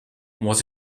what